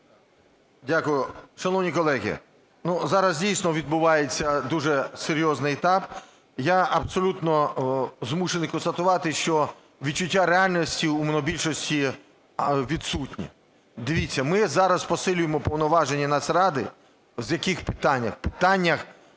Дякую. Шановні колеги, ну зараз дійсно відбувається дуже серйозний етап, я абсолютно змушений констатувати, що відчуття реальності у монобільшості відсутнє. Дивіться, ми зараз посилюємо повноваження Нацради в яких питаннях – в питаннях